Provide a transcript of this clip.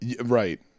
Right